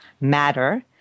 matter